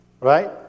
Right